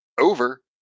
Over